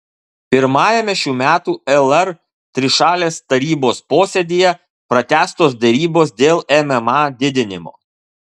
pirmajame šių metų lr trišalės tarybos posėdyje pratęstos derybos dėl mma didinimo